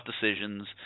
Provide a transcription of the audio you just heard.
decisions